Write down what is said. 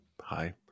hi